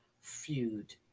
feud